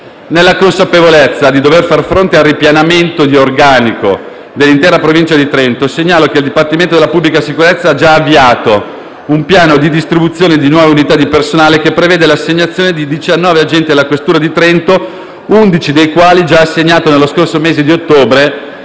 Nella consapevolezza di dover far fronte al ripianamento di organico dell'intera provincia di Trento, segnalo che il Dipartimento della pubblica sicurezza ha già avviato un piano di distribuzione di nuove unità di personale che prevede l'assegnazione di 19 agenti alla questura di Trento, 11 dei quali già assegnati nello scorso mese di ottobre